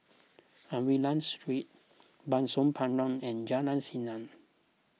Aliwal Street Bah Soon Pah Road and Jalan Seni